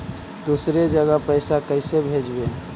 दुसरे जगह पैसा कैसे भेजबै?